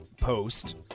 post